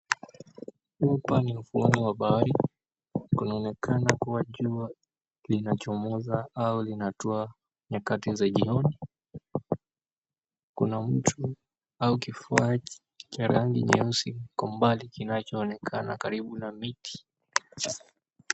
Hapa ni ufuo wa bahari kunaonekana kuwa jua linachomoza au linatua nyakati za jioni. Kuna mtu au kifaa cha rangi nyeusi kwa umbali kinachoonekana karibu na miti.